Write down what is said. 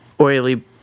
Oily